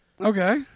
okay